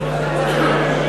ביתנו.